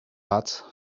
but